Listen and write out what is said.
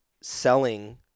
selling